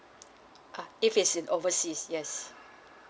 ah if it's in overseas yes